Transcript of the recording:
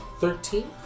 Thirteen